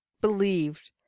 believed